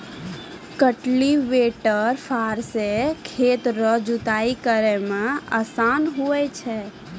cultivator फार से खेत रो जुताइ करै मे आसान हुवै छै